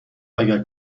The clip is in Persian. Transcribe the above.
اگر